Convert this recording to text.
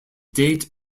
date